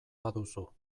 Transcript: baduzu